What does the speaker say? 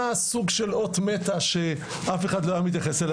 סוג של אות מתה שאף אחד לא היה מתייחס אליו.